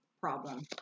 problem